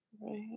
Right